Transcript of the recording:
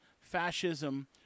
fascism